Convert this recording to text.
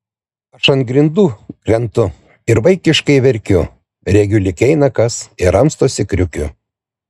aš ant grindų krentu ir vaikiškai verkiu regiu lyg eina kas ir ramstosi kriukiu